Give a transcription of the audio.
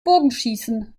bogenschießen